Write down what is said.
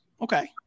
Okay